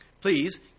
Please